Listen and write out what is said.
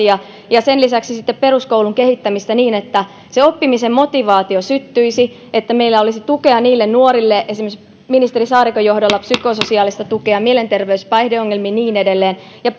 ja ja sen lisäksi peruskoulun kehittäminen niin että se oppimisen motivaatio syttyisi että meillä olisi tukea niille nuorille esimerkiksi ministeri saarikon johdolla psykososiaalista tukea mielenterveys päihdeongelmiin niin edelleen ja